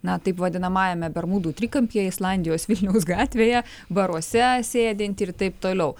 na taip vadinamajame bermudų trikampyje islandijos vilniaus gatvėje baruose sėdint ir taip toliau